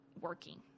working